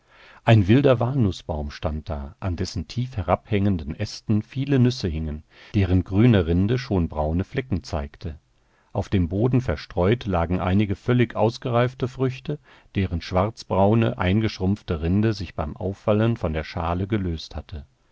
ein wilder walnußbaum stand da an dessen tief herabhängenden ästen viele nüsse hingen deren grüne rinde schon braune flecken zeigte auf dem boden verstreut lagen einige völlig ausgereifte früchte deren schwarzbraune eingeschrumpfte rinde sich beim auffallen von der schale gelöst hatte